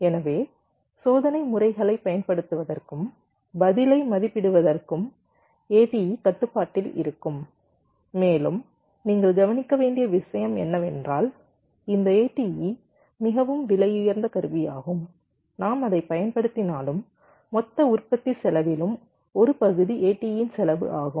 எனவே சோதனை முறைகளைப் பயன்படுத்துவதற்கும் பதிலை மதிப்பிடுவதற்கும் ATE கட்டுப்பாட்டில் இருக்கும் மேலும் நீங்கள் கவனிக்க வேண்டிய விஷயம் என்னவென்றால் இந்த ATE மிகவும் விலையுயர்ந்த கருவியாகும் நாம் அதைப் பயன்படுத்தினாலும் மொத்த உற்பத்தி செலவிலும் ஒரு பகுதி ATE இன் செலவு ஆகும்